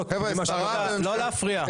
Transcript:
להפריע.